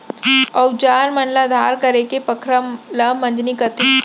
अउजार मन ल धार करेके पखरा ल मंजनी कथें